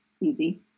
easy